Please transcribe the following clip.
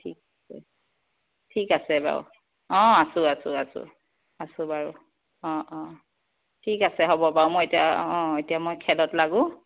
ঠিক ঠিক আছে বাৰু অ আছোঁ আছোঁ আছোঁ আছোঁ বাৰু অ অ ঠিক আছে হ'ব বাৰু মই অ এতিয়া মই খেলত লাগোঁ